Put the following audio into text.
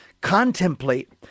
contemplate